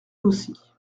aussi